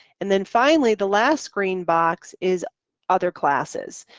and then finally the last screen box is other classes.